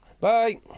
Bye